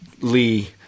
Lee